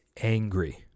angry